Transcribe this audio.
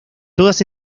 todas